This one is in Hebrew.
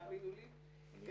תאמינו לי,